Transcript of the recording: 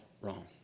wrong